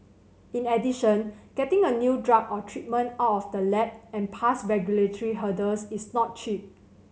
in addition getting a new drug or treatment out of the lab and past regulatory hurdles is not cheap